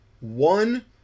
one